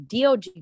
DOG